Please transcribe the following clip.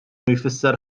jfisser